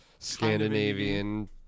Scandinavian